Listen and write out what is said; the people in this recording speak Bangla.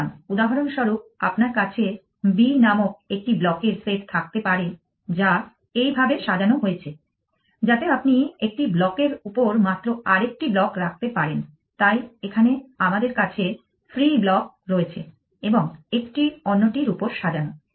সুতরাং উদাহরণস্বরূপ আপনার কাছে b নামক একটি ব্লকের সেট থাকতে পারে যা এইভাবে সাজানো হয়েছে যাতে আপনি একটি ব্লকের উপর মাত্র আরেকটি ব্লক রাখতে পারেন তাই এখানে আমাদের কাছে ফ্রী ব্লক রয়েছে এবং একটি অন্যটির উপর সাজানো